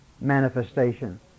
manifestation